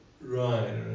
right